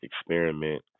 experiment